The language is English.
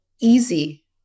easy